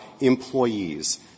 employees